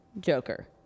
joker